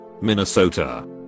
minnesota